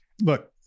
Look